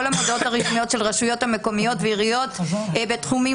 המודעות הרשמיות של הרשויות המקומיות והעיריות בתחומים